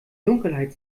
dunkelheit